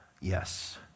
Yes